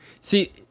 See